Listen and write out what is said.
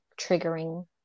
triggering